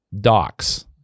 Docs